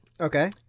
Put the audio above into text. Okay